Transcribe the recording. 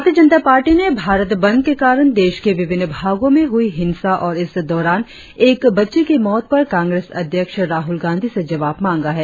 भारतीय जनता पार्टी ने भारत बंद के कारण देश के विभिन्न भागों में हुई हिंसा और इस दौरान एक बच्ची की मौत पर कांग्रेस अध्यक्ष राहुल गांधी से जवाब मांगा है